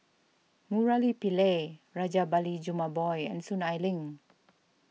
Murali Pillai Rajabali Jumabhoy and Soon Ai Ling